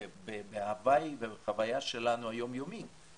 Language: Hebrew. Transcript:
בחוויה היום יומית שלנו.